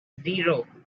zero